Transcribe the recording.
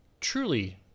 truly